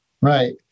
Right